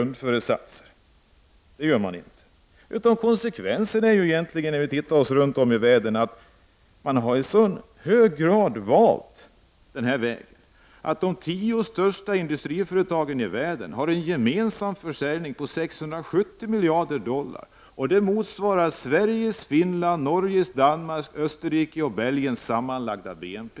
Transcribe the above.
När man ser sig omkring i världen finner man att den valda vägen lett till att de tio största industriföretagen i världen har en gemensam försäljning på 670 miljarder dollar. Det motsvarar Sveriges, Finlands, Norges, Danmarks, Österrikes och Belgiens sammanlagda BNP.